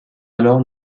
alors